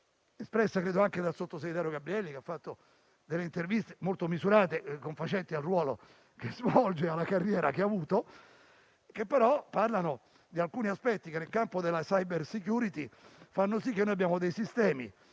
espressa anche dal sottosegretario Gabrielli che ha rilasciato delle interviste molto misurate, confacenti al ruolo che svolge e alla carriera che ha avuto, circa alcuni aspetti che nel campo della cybersecurity fanno sì che noi abbiamo dei sistemi